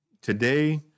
Today